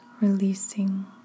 releasing